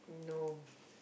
no